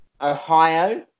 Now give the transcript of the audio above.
Ohio